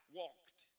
walked